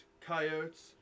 Coyotes